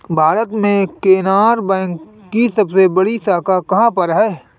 भारत में केनरा बैंक की सबसे बड़ी शाखा कहाँ पर है?